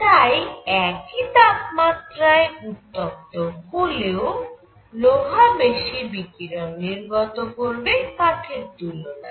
তাই একই তাপমাত্রায় উত্তপ্ত হলেও লোহা বেশি বিকিরণ নির্গত করবে কাঠের তুলনায়